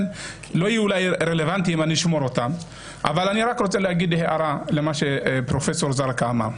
אני רק רוצה להעיר למה שפרופ' זרקא אמר,